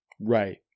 right